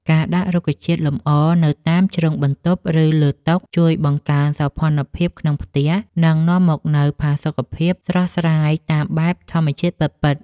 ការដាក់រុក្ខជាតិលម្អនៅតាមជ្រុងបន្ទប់ឬលើតុជួយបង្កើនសោភ័ណភាពក្នុងផ្ទះ និង នាំមកនូវផាសុកភាពស្រស់ស្រាយតាមបែបធម្មជាតិពិតៗ។